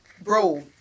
bro